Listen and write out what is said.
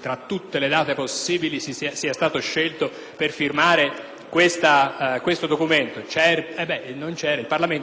tra tutte le date possibili, sia stato scelto il 30 agosto per firmare questo documento. Il Parlamento non era in sessione, quindi anche volendo non ci sarebbe stata la possibilità di affrontare la questione.